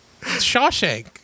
Shawshank